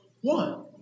One